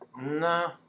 No